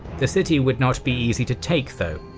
the city would not be easy to take though.